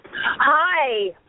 Hi